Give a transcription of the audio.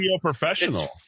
professional